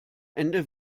ende